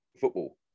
football